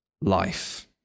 life